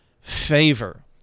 favor